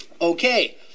okay